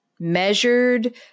measured